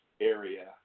area